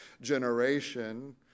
generation